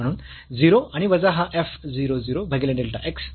म्हणून 0 आणि वजा हा f 0 0 भागीले डेल्टा x